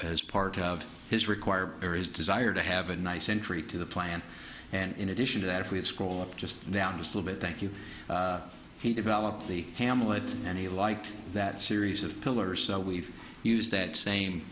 as part of his required areas desire to have a nice entry to the plant and in addition to that if we have scroll up just down the slope it thank you he developed the hamlet and he liked that series of pillars so we've used that same